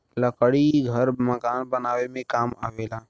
लकड़ी घर मकान बनावे में काम आवेला